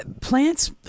Plants